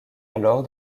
alors